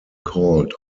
called